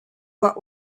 what